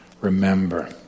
remember